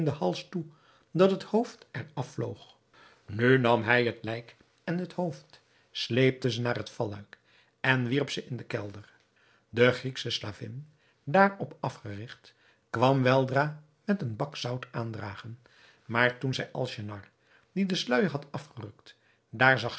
hals toe dat het hoofd er afvloog nu nam hij het lijk en het hoofd sleepte ze naar het valluik en wierp ze in den kelder de grieksche slavin daarop afgerigt kwam weldra met een bak zout aandragen maar toen zij alnaschar die den sluijer had afgerukt daar zag